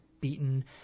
beaten